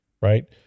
right